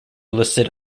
listed